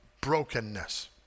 brokenness